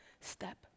step